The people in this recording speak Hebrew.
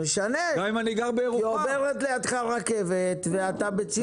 זה משנה, כי עוברת לידך רכבת ואתה בציר ראשי.